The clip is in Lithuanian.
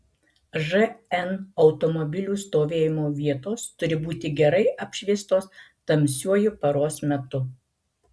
žn automobilių stovėjimo vietos turi būti gerai apšviestos tamsiuoju paros metu